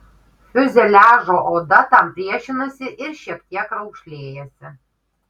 fiuzeliažo oda tam priešinasi ir šiek tiek raukšlėjasi